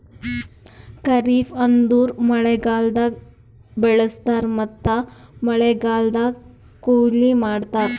ಖರಿಫ್ ಅಂದುರ್ ಮಳೆಗಾಲ್ದಾಗ್ ಬೆಳುಸ್ತಾರ್ ಮತ್ತ ಮಳೆಗಾಲ್ದಾಗ್ ಕೊಯ್ಲಿ ಮಾಡ್ತಾರ್